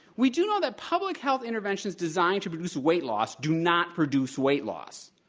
we do know that public health interventions designed to produce weight loss do not produce weight loss.